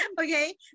okay